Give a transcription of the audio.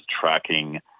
tracking